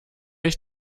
ich